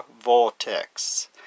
vortex